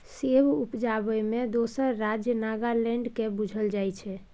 सेब उपजाबै मे दोसर राज्य नागालैंड केँ बुझल जाइ छै